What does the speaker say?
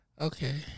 Okay